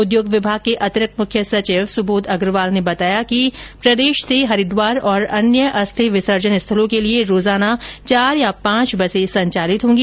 उद्योग विभाग के अतिरिक्त मुख्य सचिव सुबोध अग्रवाल ने बताया कि राजस्थान से हरिद्वार और अन्य अस्थी विसर्जन स्थलों के लिए रोजाना चार या पांच बसें संचालित होगी